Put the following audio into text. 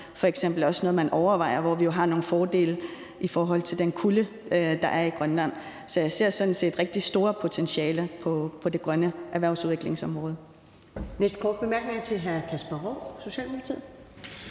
som datacentre også er noget, man overvejer, hvor vi jo har nogle fordele i forhold til den kulde, der er i Grønland. Så jeg ser sådan set rigtig store potentialer på det grønne erhvervsudviklingsområde.